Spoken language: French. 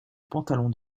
pantalon